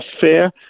fair